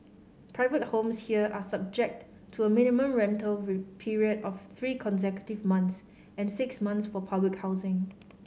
private homes here are subject to a minimum rental period of three consecutive months and six months for housing